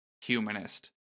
humanist